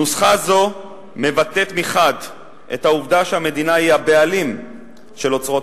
נוסחה זו מבטאת מחד גיסא את העובדה שהמדינה היא הבעלים של אוצרות